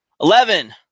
Eleven